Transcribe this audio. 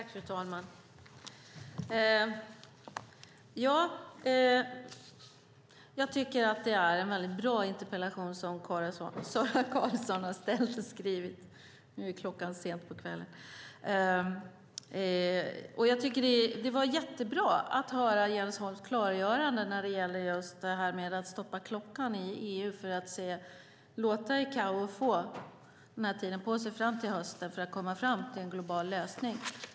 Fru talman! Jag tycker att Sara Karlsson har ställt en väldigt bra interpellation, och det var jättebra att höra Jens Holms klargöranden när det gäller det här med att stoppa klockan i EU för att låta ICAO få tid på sig fram till hösten att komma fram till en global lösning.